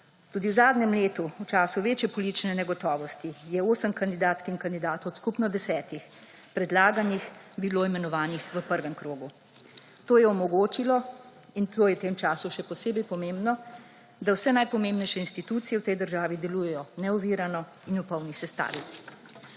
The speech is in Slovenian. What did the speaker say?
Tudi v zadnjem letu, v času večje politične negotovosti je 8 kandidatk in kandidatov od skupno 10 predlaganih bilo imenovanih v prvem krogu. To je omogočilo, in to je v tem času še posebej pomembno, da vse najpomembnejše institucije v tej državi delujejo neovirano in v polni sestavi.